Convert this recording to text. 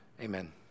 Amen